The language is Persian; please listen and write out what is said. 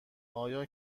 آیا